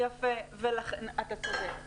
אתה צודק.